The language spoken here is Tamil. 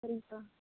சரிங்கக்கா